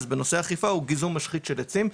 בנושא אכיפה הוא גיזום משחית של עצים.